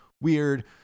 weird